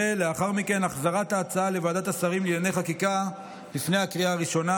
ולאחר מכן החזרת ההצעה לוועדת השרים לענייני חקיקה לפני הקריאה הראשונה.